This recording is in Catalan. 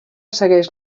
segueix